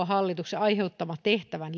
hallituksen aiheuttaman tehtävien